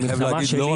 המלחמה שלי היא ערכית.